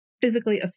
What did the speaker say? physically